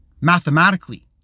mathematically